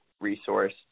resource